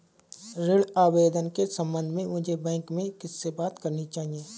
ऋण आवेदन के संबंध में मुझे बैंक में किससे बात करनी चाहिए?